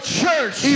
church